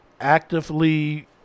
actively